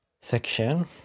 section